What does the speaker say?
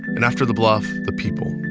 and after the bluff, the people.